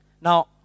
Now